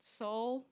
soul